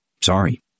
Sorry